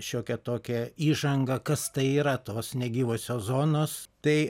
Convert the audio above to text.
šiokią tokią įžangą kas tai yra tos negyvosios zonos tai